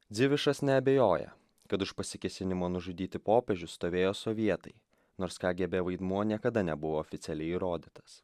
dzivišas neabejoja kad už pasikėsinimą nužudyti popiežių stovėjo sovietai nors kgb vaidmuo niekada nebuvo oficialiai įrodytas